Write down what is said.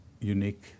unique